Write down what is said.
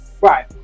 Right